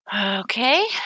Okay